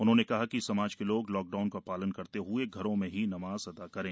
उन्होंने कहा कि समाज के लोग लॉकडाउन का पालन करते हए घरों में ही नमाज अता करें